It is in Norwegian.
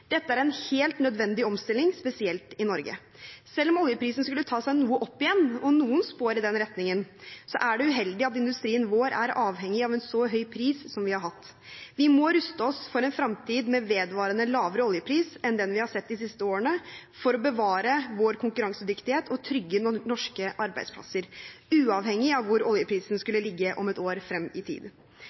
Dette er en helt nødvendig omstilling, spesielt i Norge. Selv om oljeprisen skulle ta seg noe opp igjen, og noen spår i den retningen, er det uheldig at industrien vår er avhengig av en så høy pris som vi har hatt. Vi må ruste oss for en fremtid med vedvarende lavere oljepris enn den vi har sett de siste årene, for å bevare vår konkurransedyktighet og trygge norske arbeidsplasser – uavhengig av hvor oljeprisen skulle ligge et år frem i tid.